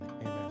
amen